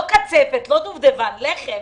לא קצפת לא דובדבן, לחם.